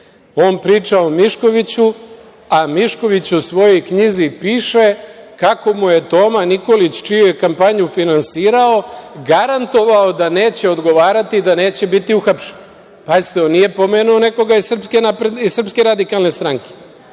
On priča o Miškoviću, a Mišković u svojoj knjizi piše kako mu je Toma Nikolić čiju je kampanju finansirao, garantovao da neće odgovarati, da neće biti uhapšen. Pazite on nije spomenuo nekoga iz SRS, nisam